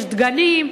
יש דגנים,